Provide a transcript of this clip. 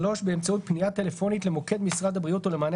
באמצעות פנייה טלפונית למוקד משרד הבריאות או למענה